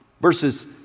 Verses